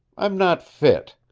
i'm not fit.